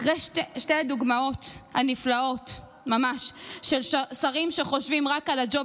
אחרי שתי הדוגמאות הנפלאות ממש של שרים שחושבים רק על הג'וב